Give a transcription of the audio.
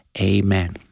Amen